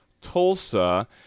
Tulsa